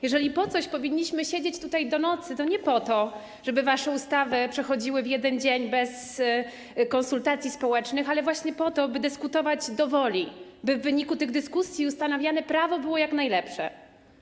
Jeżeli po coś powinniśmy siedzieć tutaj do nocy, to nie po to, żeby wasze ustawy przechodziły w 1 dzień bez konsultacji społecznych, ale właśnie po to, by dyskutować do woli, by w wyniku tych dyskusji ustanawiane było jak najlepsze prawo.